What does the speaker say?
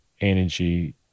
energy